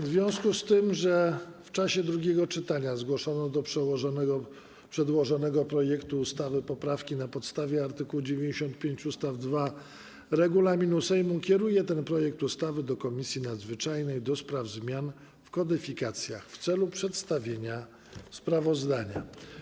W związku z tym, że w czasie drugiego czytania zgłoszono do przedłożonego projektu ustawy poprawki, na podstawie art. 95 ust. 2 regulaminu Sejmu kieruję ten projekt ustawy do Komisji Nadzwyczajnej do spraw zmian w kodyfikacjach w celu przedstawienia sprawozdania.